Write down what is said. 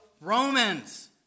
Romans